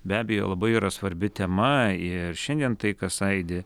be abejo labai yra svarbi tema ir šiandien tai kas aidi